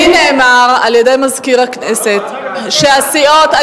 לי נאמר על-ידי מזכיר הכנסת שהסיעות,